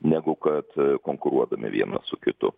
negu kad konkuruodami vienas su kitu